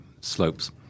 slopes